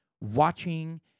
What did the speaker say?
watching